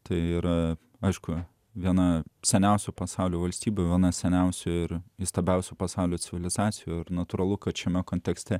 tai yra aišku viena seniausių pasaulio valstybių viena seniausių ir įstabiausių pasaulio civilizacijų ir natūralu kad šiame kontekste